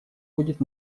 будет